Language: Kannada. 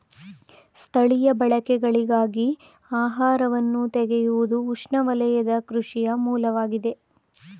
ಸ್ಥಳೀಯ ಬಳಕೆಗಳಿಗಾಗಿ ಆಹಾರವನ್ನು ಬೆಳೆಯುವುದುಉಷ್ಣವಲಯದ ಕೃಷಿಯ ಮೂಲವಾಗಿದೆ